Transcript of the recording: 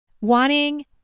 Wanting